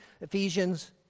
Ephesians